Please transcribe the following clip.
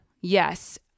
Yes